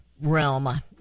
realm